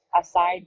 aside